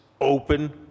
open